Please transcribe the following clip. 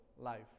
life